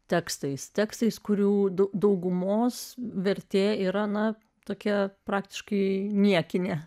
tekstais tekstais kurių daugumos vertė yra na tokie praktiškai niekinė